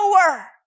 power